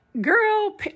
Girl